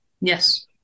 Yes